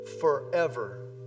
forever